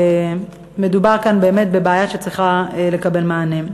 מדובר כאן באמת בבעיה שצריכה לקבל מענה.